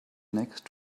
next